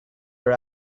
are